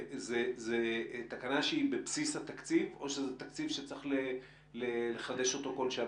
זו תקנה שהיא בבסיס התקציב או שזה תקציב שצריך לחדש אותו כל שנה?